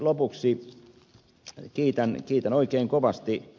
lopuksi kiitän oikein kovasti